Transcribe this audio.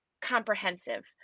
comprehensive